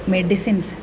medicines